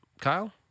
Kyle